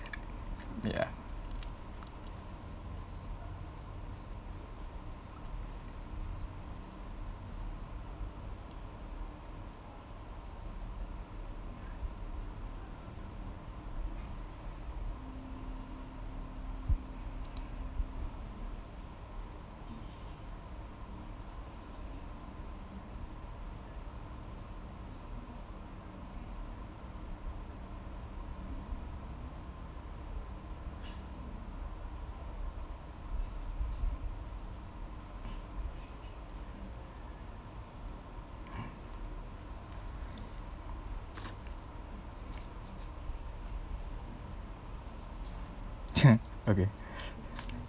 ya okay